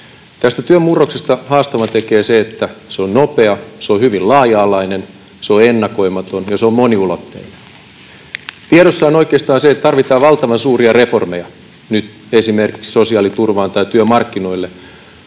Tästä työn murroksesta haastavan tekee se, että se on nopea, se on hyvin laaja-alainen, se on ennakoimaton ja se on moniulotteinen. Tiedossa on oikeastaan se, että tarvitaan valtavan suuria reformeja nyt esimerkiksi sosiaaliturvaan tai työmarkkinoille.